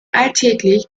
alltäglich